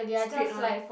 straight one